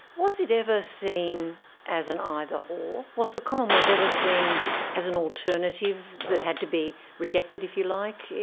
was it ever seen as an either or? was the commonwealth ever seen as an alternative that had to be rejected, if you like,